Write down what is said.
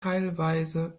teilweise